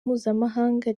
mpuzamahanga